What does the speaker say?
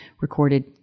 recorded